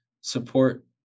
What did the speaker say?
support